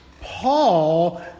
Paul